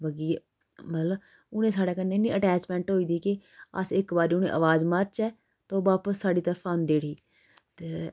बग्गी मतलब उनेंगी साढ़ै कन्नै अटैचमेंट होई दी कि अस इक बारी उनेंगी अवाज़ मारचै ते ओह् बापस साढ़ी तरफ आंदे उठी ते